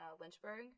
Lynchburg